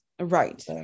Right